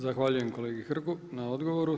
Zahvaljujem kolegi Hrg na odgovoru.